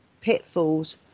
pitfalls